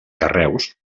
carreus